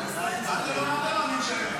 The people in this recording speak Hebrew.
אתה לא משלם לי.